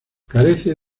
carece